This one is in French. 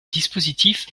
dispositif